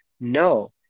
No